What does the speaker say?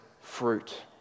fruit